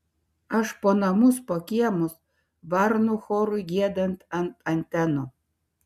aš po namus po kiemus varnų chorui giedant ant antenų